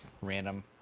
Random